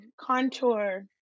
contour